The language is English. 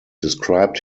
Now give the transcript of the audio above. described